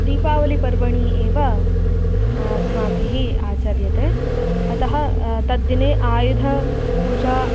दीपावलिपर्वणि एव अस्माभिः आचर्यते अतः तद्दिने आयुधपूजा